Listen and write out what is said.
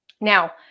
Now